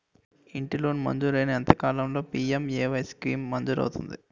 ఇంటి లోన్ మంజూరైన ఎంత కాలంలో పి.ఎం.ఎ.వై స్కీమ్ మంజూరు అవుతుంది?